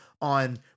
on